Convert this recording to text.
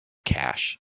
cash